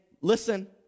listen